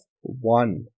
one